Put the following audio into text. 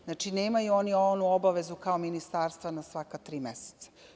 Znači, nemaju oni onu obavezu kao ministarstva na svaka tri meseca.